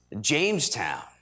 Jamestown